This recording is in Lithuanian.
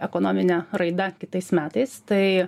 ekonomine raida kitais metais tai